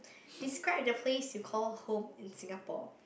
describe the place you call home in Singapore